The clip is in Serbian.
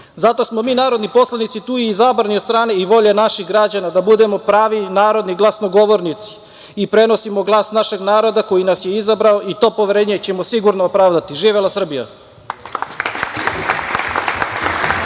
smo mi, narodni poslanici, tu izabrani od strane i volje naših građana, da budemo pravi narodni glasnogovornici i prenosimo glas našeg naroda koji nas je izabrao i to poverenje ćemo sigurno opravdati. Živela Srbija!